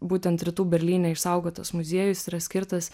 būtent rytų berlyne išsaugotas muziejus yra skirtas